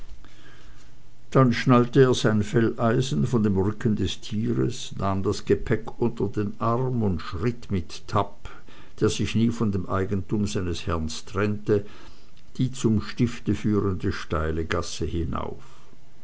dann schnallte er sein felleisen von dem rücken des tieres nahm das gepäck unter den arm und schritt mit tapp der sich nie von dem eigentum seines herrn trennte die zum stifte führende steile gasse hinauf